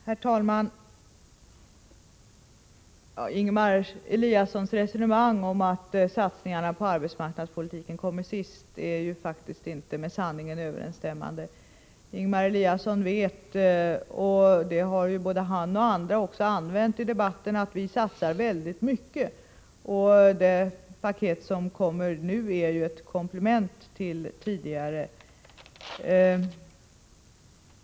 Herr talman! Ingemar Eliassons resonemang om att satsningarna på arbetsmarknadspolitiken kommer sist är ju faktiskt inte med sanningen överensstämmande. Ingemar Eliasson vet att vi satsar väldigt mycket. Det paket som nu kommer är ett komplement till tidigare.